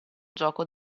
gioco